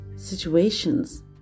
Situations